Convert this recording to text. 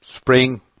spring